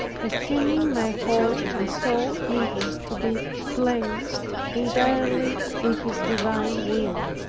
esteeming my whole and sole interest to be placed entirely in his divine will.